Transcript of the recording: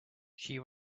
she